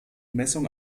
messung